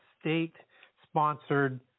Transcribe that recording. state-sponsored